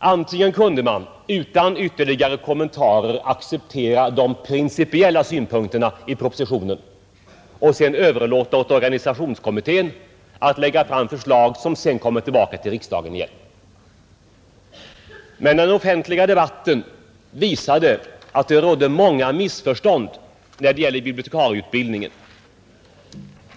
Det ena sättet var att utan ytterligare kommentarer acceptera de principiella synpunkterna i propositionen och överlåta åt organisationskommittén att lägga fram förslag som sedan kommer tillbaka till riksdagen igen. Men den offentliga debatten visade att det rådde många missförstånd när det gäller biblioteksutbildningen.